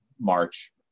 March